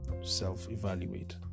self-evaluate